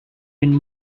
even